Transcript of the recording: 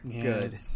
good